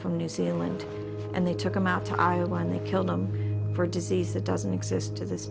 from new zealand and they took them out to ireland they killed them for disease that doesn't exist to this